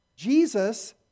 Jesus